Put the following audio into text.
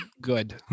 good